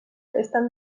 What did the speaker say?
estan